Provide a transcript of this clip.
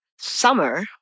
summer